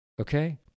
Okay